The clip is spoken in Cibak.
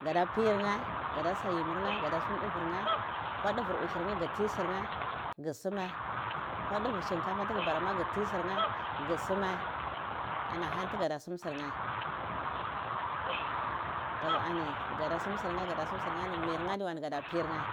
Gada pir nheh gu da sogimir nheh ga da sam davir nheh gu ti duvir uhir nheh gu sumai ko duvir shinkafa tugu burama guti sir nheh ghasima ana hani tiga sum sir nheh adiwai ani gada sum sir nheh gada sim sirneh adiwai ani gada por neh